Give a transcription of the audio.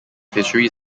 fisheries